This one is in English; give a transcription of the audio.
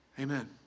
amen